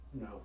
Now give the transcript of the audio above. No